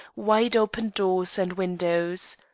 wide-open doors and windows.